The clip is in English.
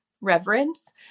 reverence